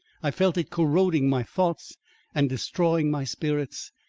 i felt it corroding my thoughts and destroying my spirits,